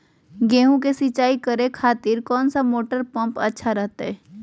गेहूं के सिंचाई करे खातिर कौन सा मोटर पंप अच्छा रहतय?